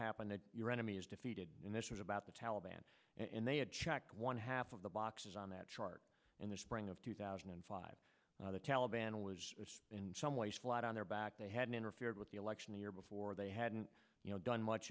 is your enemy is defeated in this what about the taliban and they had checked one half of the boxes on that chart in the spring of two thousand and five the taliban was in some ways flat on their back they hadn't interfered with the election the year before they hadn't you know done much